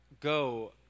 go